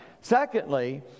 Secondly